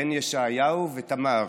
בן ישעיהו ותמר,